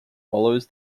follows